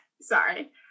sorry